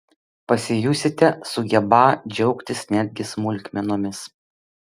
pasijusite sugebą džiaugtis netgi smulkmenomis